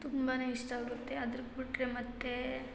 ತುಂಬಾ ಇಷ್ಟ ಆಗುತ್ತೆ ಅದ್ ಬಿಟ್ಟರೆ ಮತ್ತು